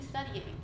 studying